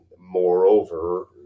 Moreover